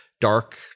dark